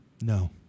No